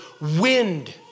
wind